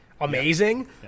amazing